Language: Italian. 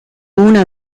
una